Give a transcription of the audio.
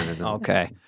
Okay